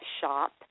shop